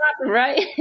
right